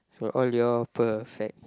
for all your perfect